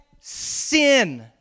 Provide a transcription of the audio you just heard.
sin